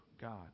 God